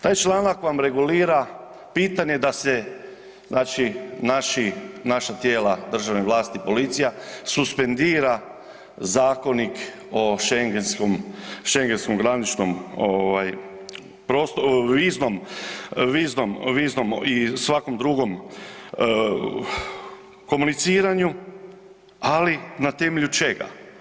Taj članak vam regulira pitanje da se znači naši, naša tijela državne vlasti i policija suspendira zakonik o Schengenskom graničnom ovaj prostoru, viznom i svakom drugom komuniciranju, ali na temelju čega?